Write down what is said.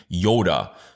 Yoda